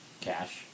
cash